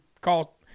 call